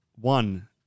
one